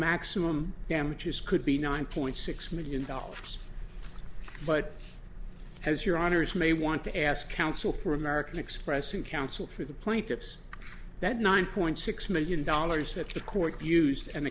maximum damages could be nine point six million dollars but as your honour's may want to ask counsel for american express and counsel for the plaintiffs that nine point six million dollars that the court views and